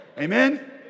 Amen